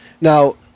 Now